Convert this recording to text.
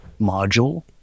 module